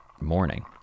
morning